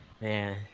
Man